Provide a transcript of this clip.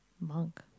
monk